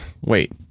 Wait